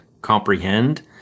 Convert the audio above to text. comprehend